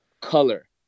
color